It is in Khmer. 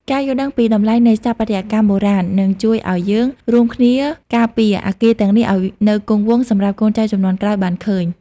ការយល់ដឹងពីតម្លៃនៃស្ថាបត្យកម្មបុរាណ នឹងជួយឱ្យយើងរួមគ្នាការពារអគារទាំងនេះឱ្យនៅគង់វង្សសម្រាប់កូនចៅជំនាន់ក្រោយបានឃើញ។